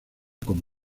con